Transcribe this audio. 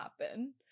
happen